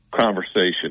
conversation